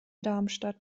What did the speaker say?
darmstadt